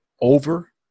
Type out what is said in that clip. over